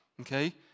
Okay